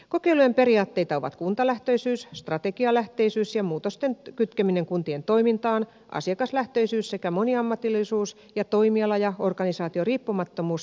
kokeilujen periaatteita ovat kuntalähtöisyys strategialähtöisyys ja muutosten kytkeminen kuntien toimintaan asiakaslähtöisyys sekä moniammatillisuus ja toimiala ja organisaatioriippumattomuus toimintamallien kehittämisessä